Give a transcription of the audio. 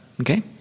okay